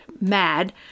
mad